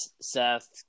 seth